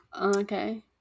Okay